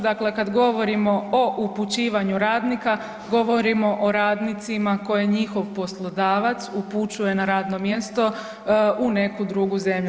Dakle, kada govorimo o upućivanju radnika govorimo o radnicima koje njihov poslodavac upućuje na radno mjesto u neku drugu zemlju.